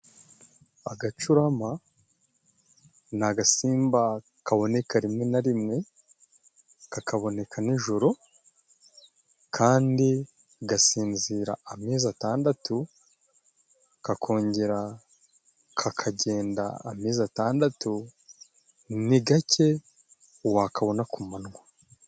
Agacurama ni agasimba kaboneka rimwe na rimwe, kakaboneka ni joro, kandi gasinzira amezi atandatu, kakongera kakagenda amezi atandatu, ni gake wakabona ku manwa.